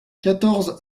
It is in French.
quatorze